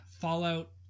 Fallout